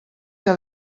que